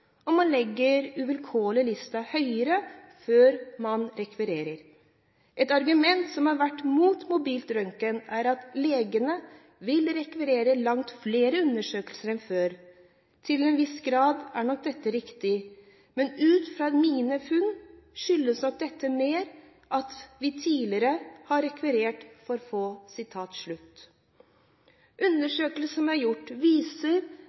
og man legger uvilkårlig lista høyere før man rekvirerer. Et argument som har vært mot mobil røntgen, er at legene vil rekvirere langt flere undersøkelser enn før. Til en viss grad er nok dette riktig, men ut fra mine funn skyldes nok dette mer at vi tidligere har rekvirert for få. Undersøkelser som er gjort, viser